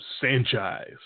Sanchez